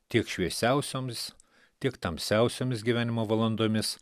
tiek šviesiausiomis tiek tamsiausiomis gyvenimo valandomis